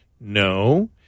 No